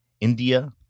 India